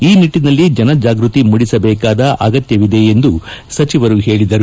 ಈ ನಿಟ್ಟನಲ್ಲಿ ಜನಜಾಗೃತಿ ಮೂಡಿಸಬೇಕಾದ ಅಗತ್ಯವಿದೆ ಎಂದು ಸಚಿವರು ಹೇಳಿದರು